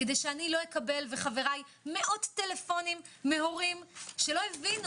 כדי שחבריי ואני לא נקבל מאות טלפונים מהורים שלא הבינו